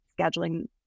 scheduling